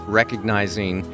recognizing